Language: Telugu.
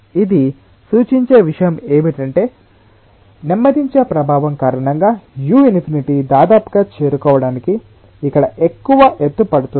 ఇది సూచించే విషయం ఏమిటంటే నెమ్మదించే ప్రభావం కారణంగా u∞ దాదాపుగా చేరుకోవడానికి ఇక్కడ ఎక్కువ ఎత్తు పడుతుంది